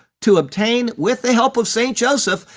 to obtain, with the help of st. joseph,